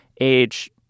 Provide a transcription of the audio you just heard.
age